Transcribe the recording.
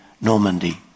Normandy